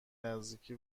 نزدیکی